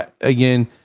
again